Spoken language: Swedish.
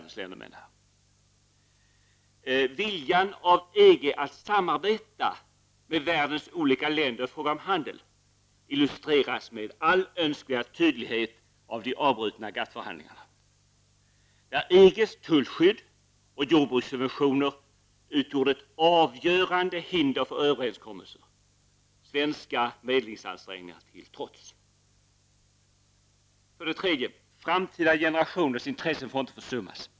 EGs vilja att samarbeta med världens olika länder i fråga om handel illustreras med önskvärd tydlighet av de avbrutna GATT-förhandlingarna, där EGs tullskydd och jordbrukssubventioner utgjorde ett avgörande hinder för överenskommelser -- svenska medlingsansträngningar till trots. 3. Framtida generationers intressen får inte försummas.